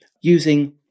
using